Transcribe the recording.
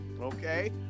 okay